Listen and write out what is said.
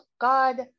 God